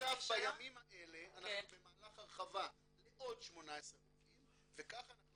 ובנוסף בימים האלה אנחנו במהלך הרחבה לעוד 18 רופאים וכך אנחנו